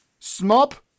Smop